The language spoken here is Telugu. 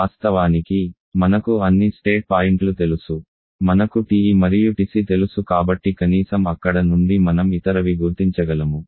వాస్తవానికి మనకు అన్ని స్టేట్ పాయింట్లు తెలుసు మనకు TE మరియు TC తెలుసు కాబట్టి కనీసం అక్కడ నుండి మనం ఇతరవి గుర్తించగలము